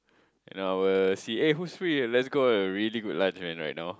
in our C_A who's free let's go a really good lunch man right now